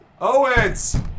Owens